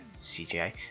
CGI